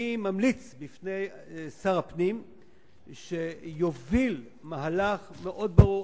אני ממליץ בפני שר הפנים שיוביל מהלך מאוד ברור.